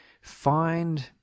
find